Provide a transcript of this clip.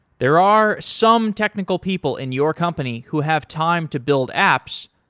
there are some technical people in your company who have time to build apps,